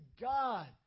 God